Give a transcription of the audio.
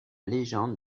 légende